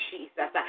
Jesus